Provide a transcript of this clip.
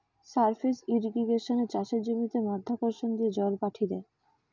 surface ইর্রিগেশনে চাষের জমিতে মাধ্যাকর্ষণ দিয়ে জল পাঠি দ্যায়